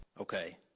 Okay